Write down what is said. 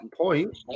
point